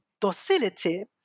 docility